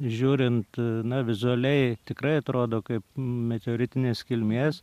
žiūrint na vizualiai tikrai atrodo kaip meteoritinės kilmės